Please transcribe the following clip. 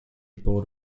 board